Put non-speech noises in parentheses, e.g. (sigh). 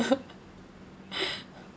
(laughs)